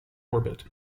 orbit